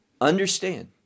Understand